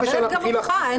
אני מכבדת גם אותך.